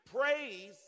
praise